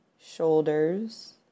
shoulders